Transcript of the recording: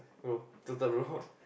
no total low